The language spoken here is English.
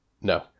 no